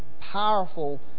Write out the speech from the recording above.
powerful